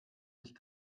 sich